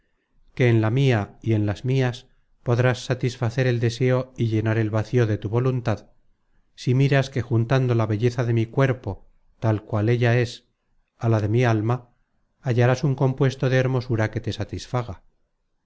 que en la mia y en las mias podrás satisfacer el deseo y llenar el vacío de tu voluntad si miras que juntando la belleza de mi cuerpo tal cual ella es á la de mi alma hallarás un compuesto de hermosura que te satisfaga